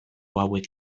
hauek